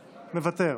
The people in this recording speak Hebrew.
מוותר.